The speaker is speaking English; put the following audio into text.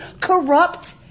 corrupt